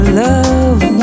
love